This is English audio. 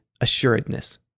assuredness